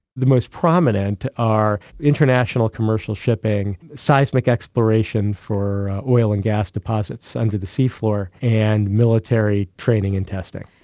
the most prominent are international commercial shipping, seismic exploration for oil and gas deposits under the sea floor, and military training and testing.